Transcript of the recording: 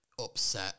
upset